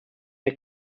der